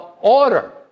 order